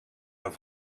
haar